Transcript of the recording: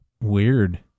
Weird